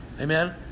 Amen